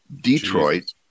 Detroit